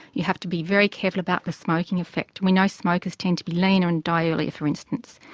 you have to be very careful about the smoking effect. we know smokers tend to be leaner and die earlier, for instance.